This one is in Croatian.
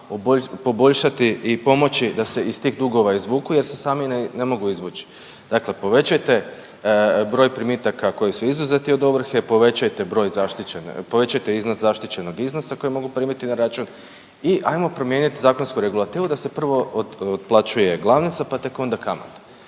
njima poboljšati i pomoći da se iz tih dugova izvuku jer se sami ne, ne mogu izvući. Dakle povećajte broj primitaka koji su izuzeti od ovrhe, povećajte broj zaštićene, povećajte iznos zaštićenog iznosa kojeg mogu primiti na račun i ajmo promijenit zakonsku regulativu da se prvo otplaćuje glavnica, pa tek onda kamate